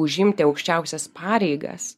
užimti aukščiausias pareigas